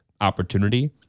opportunity